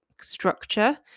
structure